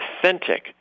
authentic